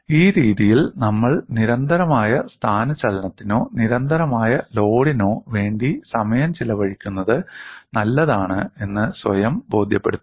ഈ രീതിയിൽ നമ്മൾ നിരന്തരമായ സ്ഥാനചലനത്തിനോ നിരന്തരമായ ലോഡിനോ വേണ്ടി സമയം ചെലവഴിക്കുന്നത് നല്ലതാണ് എന്ന് സ്വയം ബോധ്യപ്പെടുത്തും